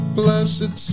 blessed